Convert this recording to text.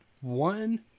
one